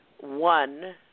one